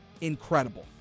incredible